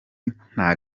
nta